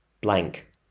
blank